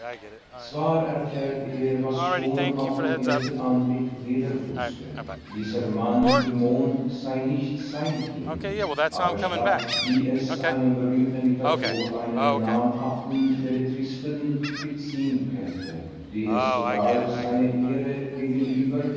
zwar erklärte er was schon auf den ersten anblick jeder wußte dieser mann im mond sei nicht sein kind aber statt wie es einem berühmten literator einem namhaften belletristen geziemt hätte wie es sogar seine ehre gegenüber